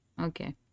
okay